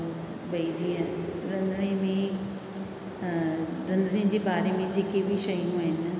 भई जीअं रंधिणे में रंधिणे जे बारे में जेके भी शयूं आहिनि